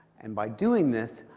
and by doing this,